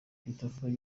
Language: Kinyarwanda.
christopher